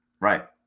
Right